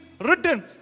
written